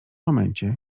momencie